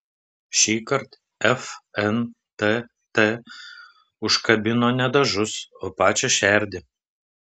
šįkart fntt užkabino ne dažus o pačią šerdį